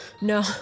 No